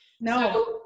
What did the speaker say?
No